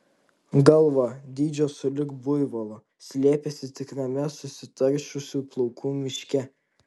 galva dydžio sulig buivolo slėpėsi tikrame susitaršiusių plaukų miške